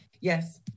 Yes